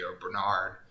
Bernard